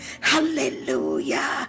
Hallelujah